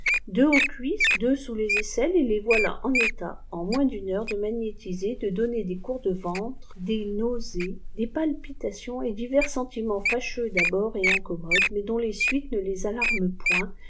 deux aux cuisses deux sous les aisselles et les voilà en état en moins dune lieure démagnétiser de donner des cours de ventre des nausées des palpitations et divers sentiments fâcheux d abird et incommodes mais dont les suites ne les alarment point